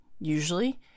usually